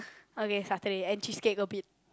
okay Saturday and cheesecake a bit